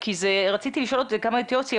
רציתי לשאול גם את יוסי,